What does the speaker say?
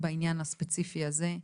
בעניין הספציפי הזה.